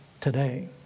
today